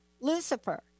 Lucifer